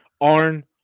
Arn